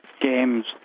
games